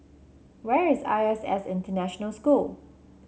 where is I S S International School